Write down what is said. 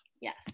Yes